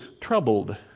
troubled